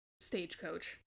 stagecoach